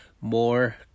more